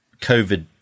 COVID